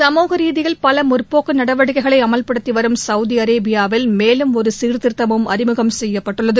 சமூகரீதியில் பல முற்போக்கு நடவடிக்கைகளை அமல்படுத்தி வரும் சவுதி அரேபியாவில் மேலும் ஒரு சீர்திருத்தமும் அறிமுகம் செய்யப்பட்டுள்ளது